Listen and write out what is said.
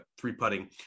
three-putting